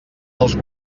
dels